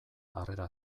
harrera